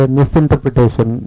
misinterpretation